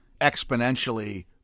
exponentially